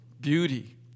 beauty